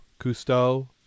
Cousteau